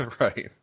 Right